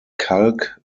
kalk